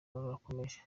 rurakomeje